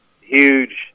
huge –